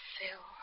Phil